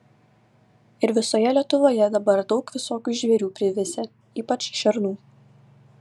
ir visoje lietuvoje dabar daug visokių žvėrių privisę ypač šernų